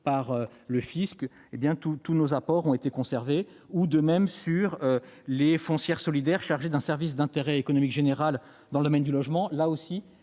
par le fisc, tous nos apports ont été conservés. pour les foncières solidaires chargées d'un service d'intérêt économique général dans le domaine du logement